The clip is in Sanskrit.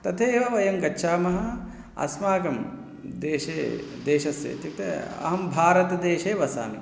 तथेव वयं गच्छामः अस्माकं देशे देशस्य इत्युक्ते अहं भारतदेशे वसामि